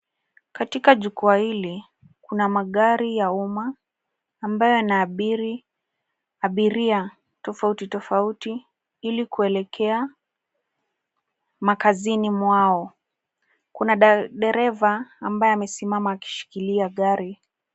Katika jukwaa hili kuna magari ya umma ambayo yanaabiri abiria tofauti tofauti ili kuelekea makazini mwao. Kuna dereva ambaye amesimama akishikilia gari.